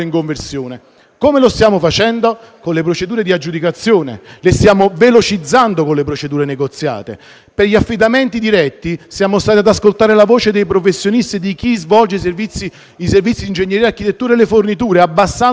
Come lo stiamo facendo? Con le procedure di aggiudicazione, che stiamo velocizzando con le procedure negoziate. Per gli affidamenti diretti siamo stati ad ascoltare la voce dei professionisti e di chi svolge servizi di ingegneria, architettura e di fornitura, abbassando la soglia